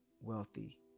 wealthy